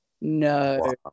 No